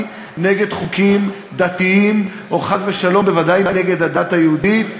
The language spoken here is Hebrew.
נגד חוקים דתיים או חס ושלום נגד הדת היהודית.